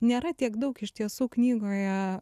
nėra tiek daug iš tiesų knygoje